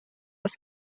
das